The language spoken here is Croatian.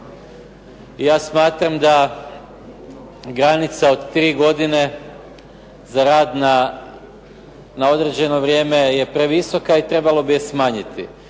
ja smatram da granica od tri godine za rad na određeno vrijeme je previsoka i treba je smanjiti.